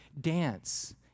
dance